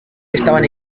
estaban